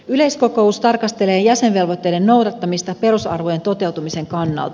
yleiskokous tarkastelee jäsenvelvoitteiden noudattamista perusarvojen toteutumisen kannalta